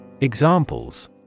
Examples